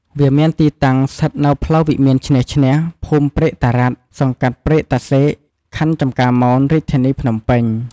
វាមានទីតាំងស្ថិតនៅផ្លូវវិមានឈ្នះឈ្នះ ភូមិព្រែកតារ៉ាត់ សង្កាត់ព្រែកតាសែក ខណ្ឌចំការមន រាជធានីភ្នំពេញ។